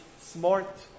smart